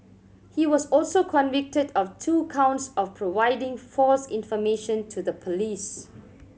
he was also convicted of two counts of providing false information to the police